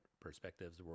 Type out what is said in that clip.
perspectives